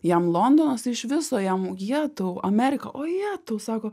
jam londonas tai iš viso jetau amerika o jetau sako